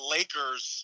Lakers